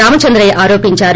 రామచంద్రయ్య ఆరోపించారు